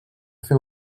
fer